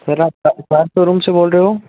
sir आप room से बोल रहे हो